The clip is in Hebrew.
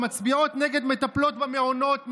מצביעות נגד מטפלות במעונות,